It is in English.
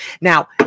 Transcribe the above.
Now